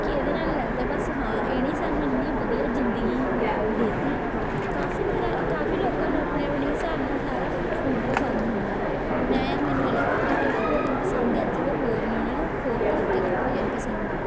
ਕਿ ਇਹਦੇ ਨਾਲ਼ ਹੀ ਲੱਗਦਾ ਬਸ ਹਾਂ ਇਹਨੇ ਸਾਨੂੰ ਇੰਨੀ ਵਧੀਆ ਜ਼ਿੰਦਗੀ ਦੇਤੀ ਕਾਫ਼ੀ ਤਰ੍ਹਾਂ ਕਾਫ਼ੀ ਲੋਕਾਂ ਨੂੰ ਆਪਣੇ ਆਪਣੇ ਹਿਸਾਬ ਨਾਲ਼ ਸਾਰਾ ਫੂਡ ਪਸੰਦ ਹੁੰਦਾ ਮੈਂ ਹਾਂ ਮੈਨੂੰ ਅਲੱਗ ਤਰੀਕੇ ਦਾ ਭੋਜਨ ਪਸੰਦ ਆ ਜਿਹੜੇ ਹੋਰ ਨੇ ਉਹਨਾਂ ਨੂੰ ਹੋਰ ਤਰੀਕੇ ਦਾ ਭੋਜਨ ਪਸੰਦ ਹੈ